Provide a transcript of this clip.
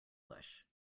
bush